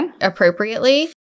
appropriately